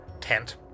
tent